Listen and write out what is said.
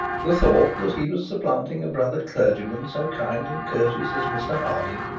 the thought that he was supplanting a brother clergyman so kind and courteous as mr harding,